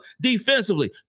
defensively